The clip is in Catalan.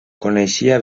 coneixia